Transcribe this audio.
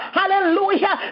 hallelujah